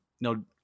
No